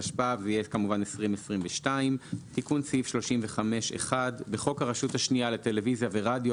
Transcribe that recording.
התשפ"ב 2022 תיקון סעיף 35 1. "בחוק הרשות השנייה לטלוויזיה ורדיו,